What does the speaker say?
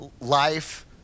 Life